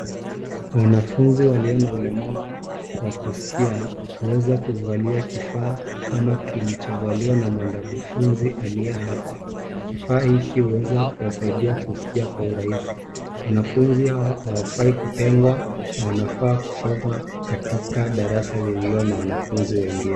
Wanafunzi walio na ulemavu, wa kusikia, huweza kuvalia kifaa kama kilichovaliwa na mwanafunzi aliye hapa, kifaa hiki huweza kuwasaidia kusikia kwa urahisi, wanafunzi hawa hawafai kutengwa, na wanafaa kusoma katika darasa lililo na wanafunzi wengine.